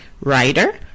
Writer